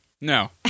No